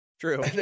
true